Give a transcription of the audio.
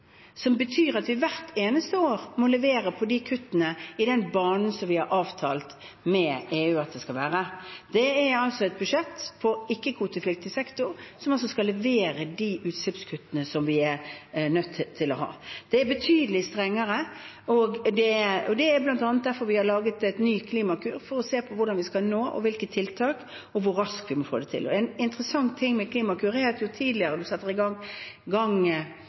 som betyr at vi hvert eneste år må levere på de kuttene, i den banen som vi har avtalt med EU at det skal være. Dette er et budsjett for ikke-kvotepliktig sektor som skal levere de utslippskuttene som vi er nødt til å ha, og det er betydelig strengere. Det er bl.a. derfor vi har laget en ny Klimakur, for å se på hvordan vi skal nå dette, hvilke tiltak, og hvor raskt vi må få det til. En interessant ting med Klimakur er at jo tidligere man setter i gang